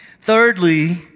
Thirdly